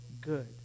good